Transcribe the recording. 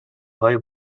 های